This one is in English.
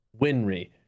Winry